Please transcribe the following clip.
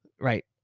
Right